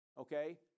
Okay